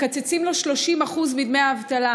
מקצצים לו 30% מדמי האבטלה.